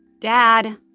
dad,